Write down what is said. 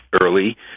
early